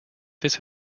this